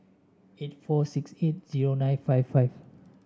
eight four six eight zero nine five five